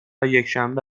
یکشنبه